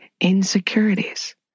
insecurities